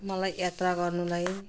मलाई यात्रा गर्नुलाई